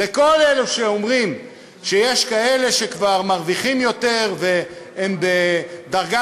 שאומרים שיש כאלה שכבר מרוויחים יותר והם בדרגה